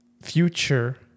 future